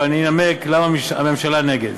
אבל אני אנמק למה הממשלה נגד.